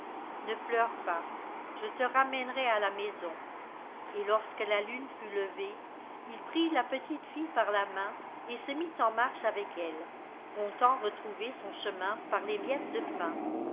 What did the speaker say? ne pleure pas je te ramènerai à la maison et lorsque la lune fut levée il prit la petite fille par la main et se mit en marche avec elle comptant retrouver son chemin par les miettes de pain